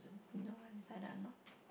no one decided I'm not